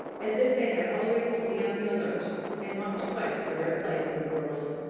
as if they had always to be on the alert and must fight for their place in the world.